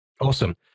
Awesome